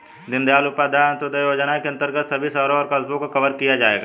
दीनदयाल उपाध्याय अंत्योदय योजना के अंतर्गत सभी शहरों और कस्बों को कवर किया जाएगा